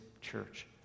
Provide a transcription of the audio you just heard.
church